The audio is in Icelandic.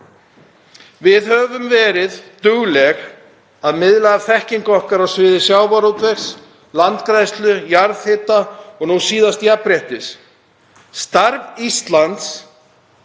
Við höfum verið dugleg að miðla af þekkingu okkar á sviði sjávarútvegs, landgræðslu, jarðhita og nú síðast jafnréttis. Starf Íslands